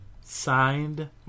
signed